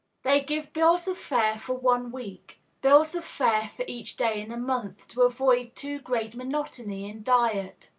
they give bills of fare for one week bills of fare for each day in a month, to avoid too great monotony in diet.